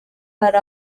hari